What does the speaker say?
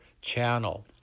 channel